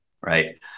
right